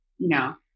No